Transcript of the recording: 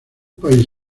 país